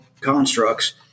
constructs